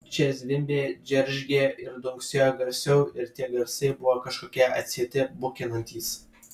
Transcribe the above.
čia zvimbė džeržgė ir dunksėjo garsiau ir tie garsai buvo kažkokie atsieti bukinantys